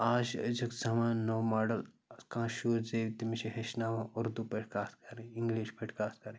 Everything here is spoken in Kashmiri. آز چھُ أزیُک زمان نوٚو ماڈَل کانٛہہ شُر زیٚوِ تٔمِس چھِ ہیٚچھناوان اُردو پٲٹھۍ کَتھ کَرٕنۍ اِنٛگلِش پٲٹھۍ کَتھ کَرٕنۍ